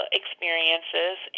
experiences